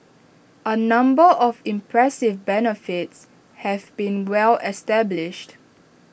A number of impressive benefits have been well established